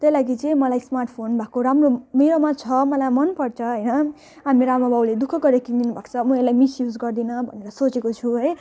त्यही लागि चाहिँ मलाई स्मार्टफोन भएको राम्रो मेरोमा छ मलाई मनपर्छ होइन अनि मेरो आमाबाबुले दुःख गरेर किनिदिनु भएको छ म यसलाई मिसयुज गर्दिनँ भनेर सोचेको छु है